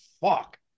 fuck